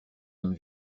homme